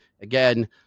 again